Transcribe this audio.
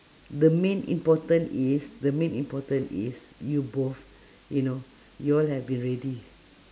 the main important is the main important is you both you know you all have been ready